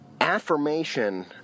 affirmation